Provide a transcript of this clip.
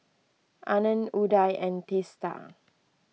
Anand Udai and Teesta